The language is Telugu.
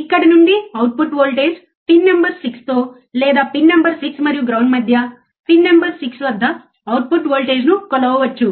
ఇక్కడ నుండి అవుట్పుట్ వోల్టేజ్ పిన్ నంబర్ 6 తో లేదా పిన్ నంబర్ 6 మరియు గ్రౌండ్ మధ్య పిన్ నంబర్ 6 వద్ద అవుట్పుట్ వోల్టేజ్ ను కొలవవచ్చు